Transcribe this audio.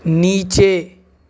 نیچے